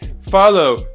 Follow